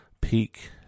peak